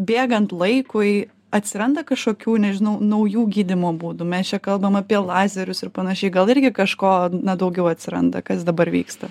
bėgant laikui atsiranda kašokių nežinau naujų gydymo būdų mes čia kalbam apie lazerius ir panašiai gal irgi kažko daugiau atsiranda kas dabar vyksta